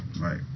Right